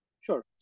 sure